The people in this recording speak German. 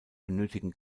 benötigen